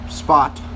spot